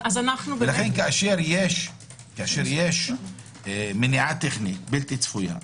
לכן כשיש מניעה טכנית בלתי צפויה,